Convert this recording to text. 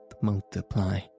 multiply